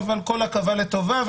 כל עכבה לטובה.